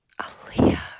Aaliyah